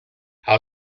how